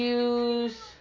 use